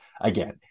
again